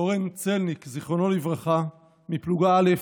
אורן צלניק, זיכרונו לברכה, מפלוגה א',